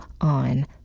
on